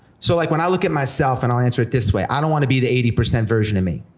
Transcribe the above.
so like when i look at myself, and i'll answer it this way. i don't want to be the eighty percent version of me.